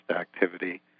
activity